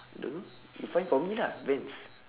don't know you find for me lah Vans